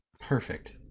perfect